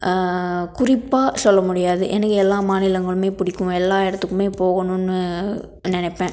குறிப்பாக சொல்ல முடியாது எனக்கு எல்லா மாநிலங்களுமே பிடிக்கும் எல்லா இடத்துக்குமே போகணும்னு நினைப்பேன்